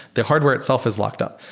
the hardware itself is locked-up.